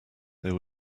there